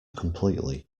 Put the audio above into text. completely